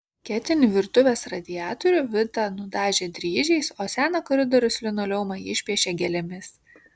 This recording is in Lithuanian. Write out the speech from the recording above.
ketinį virtuvės radiatorių vita nudažė dryžiais o seną koridoriaus linoleumą išpiešė gėlėmis